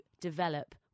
develop